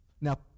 Now